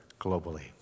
globally